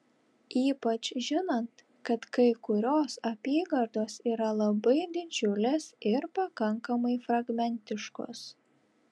ypač žinant kad kai kurios apygardos yra labai didžiulės ir pakankamai fragmentiškos